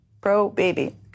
pro-baby